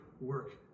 work